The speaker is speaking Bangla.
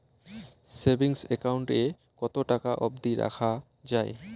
সেভিংস একাউন্ট এ কতো টাকা অব্দি রাখা যায়?